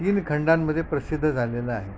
तीन खंडांमदे प्रसिद्ध झालेलं आहे